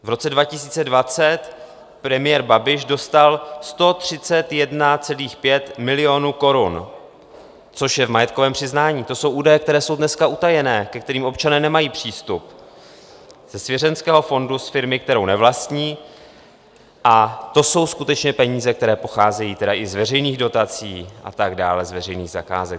V roce 2020 premiér Babiš dostal 131,5 milionu korun, což je v majetkovém přiznání to jsou údaje, které jsou dneska utajené, ke kterým občané nemají přístup ze svěřeneckého fondu firmy, kterou nevlastní, a to jsou skutečně peníze, které pocházejí tedy i z veřejných dotací a tak dále, z veřejných zakázek.